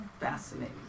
Fascinating